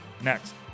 Next